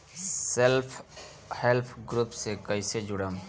Self help group से कइसे जुड़म?